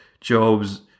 Job's